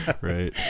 Right